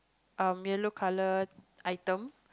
um yellow color item